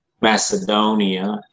Macedonia